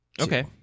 Okay